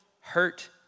hurt